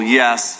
yes